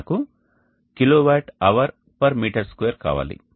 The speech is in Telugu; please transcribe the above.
మనకు kWhm2 కావాలి